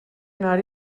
anar